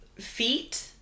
feet